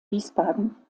wiesbaden